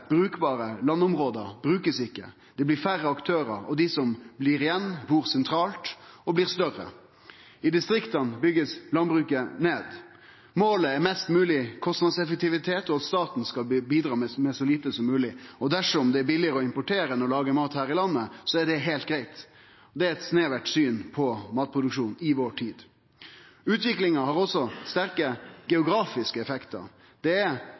brukbare landområde blir ikkje brukte, det blir færre aktørar, og dei som blir igjen, bur sentralt og blir større. I distrikta blir landbruket bygt ned. Målet er mest mogleg kostnadseffektivitet, og at staten skal bidra med så lite som mogleg, og dersom det er billegare å importere enn å produsere mat her i landet, er det heilt greitt. Det er eit snevert syn på matproduksjon i vår tid. Utviklinga har også sterke geografiske effektar, det er